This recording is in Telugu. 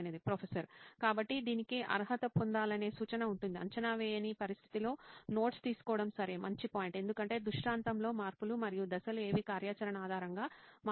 ప్రొఫెసర్ కాబట్టి దీనికి అర్హత పొందాలనే సూచన ఉంటుందిఅంచనా వేయని పరిస్థితిలో నోట్స్ తీసుకోవడం సరే మంచి పాయింట్ ఎందుకంటే దృష్టాంతంలో మార్పులు మరియు దశలు ఏవి కార్యాచరణ ఆధారంగా మారుతాయి